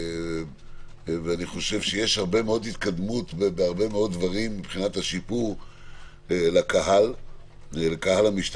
ויש הרבה מאוד התקדמות בהרבה מאוד דברים מבחינת השיפור לקהל המשתמש.